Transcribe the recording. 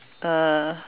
uh